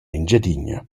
engiadina